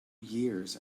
years